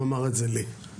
הוא אמר את זה לי בפגישה.